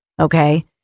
Okay